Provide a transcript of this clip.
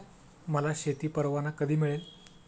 मला शेती परवाना कधी मिळेल?